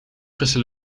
frisse